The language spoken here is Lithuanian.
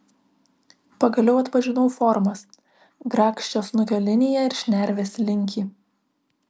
pagaliau atpažinau formas grakščią snukio liniją ir šnervės linkį